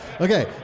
okay